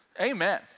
Amen